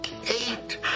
Eight